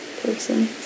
person